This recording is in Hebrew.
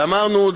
ואמרנו,